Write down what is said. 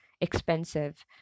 expensive